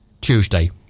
Tuesday